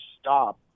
stop